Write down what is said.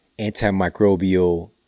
antimicrobial